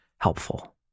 helpful